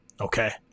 Okay